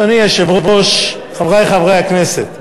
אדוני היושב-ראש, חברי חברי הכנסת,